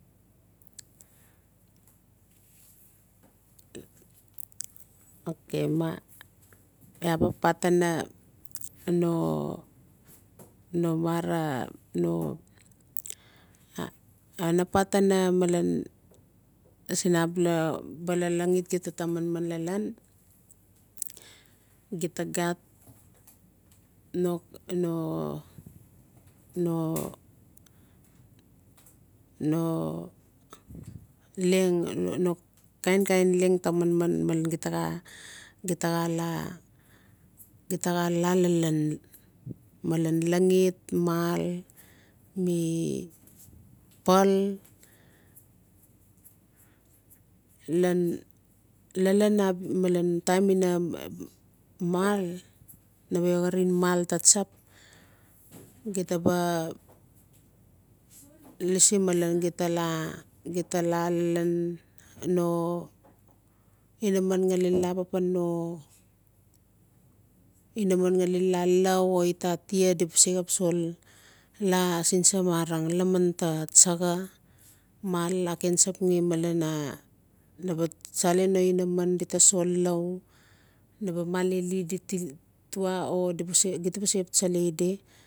okay ma iaa baa patina no iaa naa patina malen sin abal bal a lagit xeta taa manman lalan xeta no-no leng o kain-kain leng taa manman malan xeta gaa laa gaa laa lalan malan laxit mal mi pal lalan taim inaa mal nave garin mal taa tsap xeta baa laa lalan no inaman xale laa papan no inaman xale laa lau di baa sexap sol laa sin samarang laman taa tsaxa mal aken tspgen no malen tsalen no inaman di taa sol lau na baa maleli di tuwa o di baa se xap tsalai di